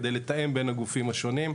כדי לתאם בין הגופים השונים.